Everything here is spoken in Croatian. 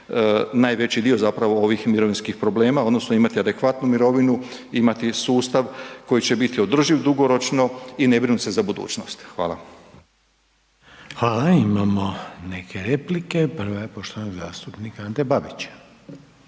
najveći dio zapravo ovih mirovinskih problema, odnosno imati adekvatnu mirovinu, imati sustav koji će biti održiv dugoročno i ne brinuti se za budućnost. Hvala. **Reiner, Željko (HDZ)** Hvala. Imamo neke replike. Prva je poštovanog zastupnika Ante Babića.